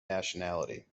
nationality